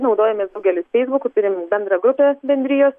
naudojamės daugelis feisbuku turim bendrą grupę bendrijos